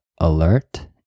alert